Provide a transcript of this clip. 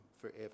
forever